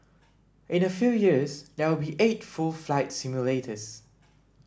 in a few years there will be eight full flight simulators